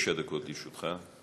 תשע דקות לרשותך.